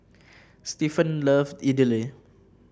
Stephon love Idili